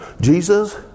Jesus